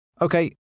Okay